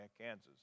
Kansas